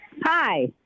Hi